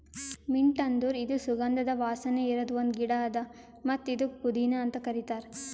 mint ಅಂದುರ್ ಇದು ಸುಗಂಧದ ವಾಸನೆ ಇರದ್ ಒಂದ್ ಗಿಡ ಅದಾ ಮತ್ತ ಇದುಕ್ ಪುದೀನಾ ಅಂತ್ ಕರಿತಾರ್